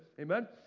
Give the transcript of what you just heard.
amen